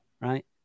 right